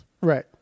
right